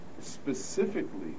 specifically